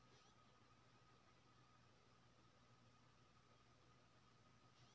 हम निजगही छी, दोसर के खेत बटईया करैत छी, हमरा ऋण भेट सकै ये कि नय?